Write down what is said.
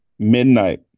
midnight